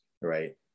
Right